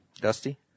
Dusty